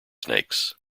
snakes